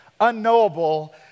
unknowable